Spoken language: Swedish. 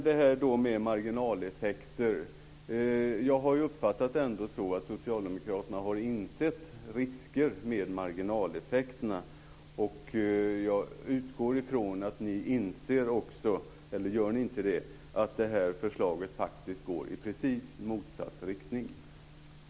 Beträffande marginaleffekter har jag ändå uppfattat att socialdemokraterna har insett riskerna med marginaleffekterna. Och jag utgår från att de också inser att detta förslag faktiskt går i precis motsatt riktning.